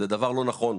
זה דבר לא נכון.